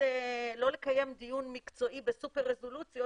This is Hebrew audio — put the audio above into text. כדי לא לקיים דיון מקצועי בסופר רזולוציות,